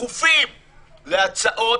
דחופים להצעות,